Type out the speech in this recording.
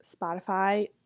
spotify